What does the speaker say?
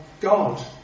God